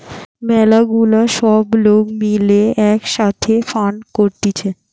ম্যালা গুলা সব লোক মিলে এক সাথে ফান্ড করতিছে